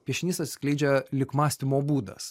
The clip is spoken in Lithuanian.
piešinys atsiskleidžia lyg mąstymo būdas